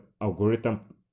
algorithm